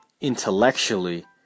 intellectually